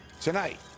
Tonight